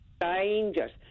Dangerous